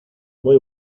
muy